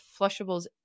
flushables